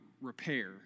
repair